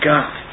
God